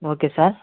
okay sir